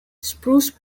spruce